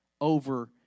over